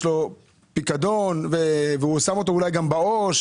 לו פקדון והוא שם אותו אולי גם בעו"ש.